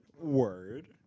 Word